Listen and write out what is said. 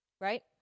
right